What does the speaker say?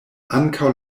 ankaŭ